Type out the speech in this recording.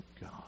God